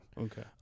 Okay